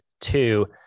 two